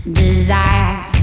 desire